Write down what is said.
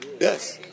Yes